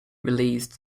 released